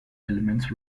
elements